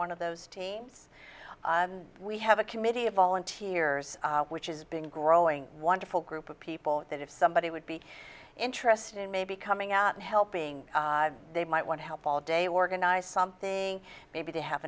one of those teams we have a committee of volunteers which is been growing wonderful group of people that if somebody would be interested in maybe coming out and helping they might want to help all day organize something maybe they have